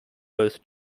both